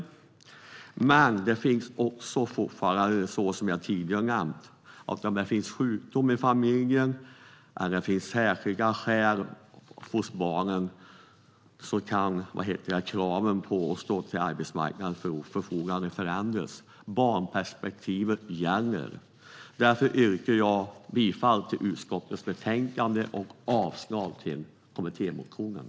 Som jag tidigare nämnt kan dock kravet att stå till arbetsmarknadens förfogande förändras om det finns sjukdom i familjen eller särskilda skäl hos barnen. Barnperspektivet gäller. Jag yrkar bifall till förslaget i utskottets betänkande och avslag på kommittémotionen.